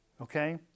Okay